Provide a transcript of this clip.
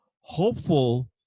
hopeful